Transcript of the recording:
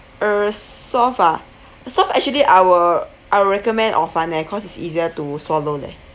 uh soft ah soft actually I will I will recommend horfun eh cause it's easier to swallow leh